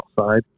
outside